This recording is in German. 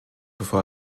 bevor